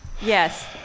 Yes